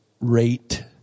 rate